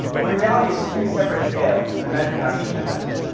when in reality it's two separate scales and a measurement on each of them.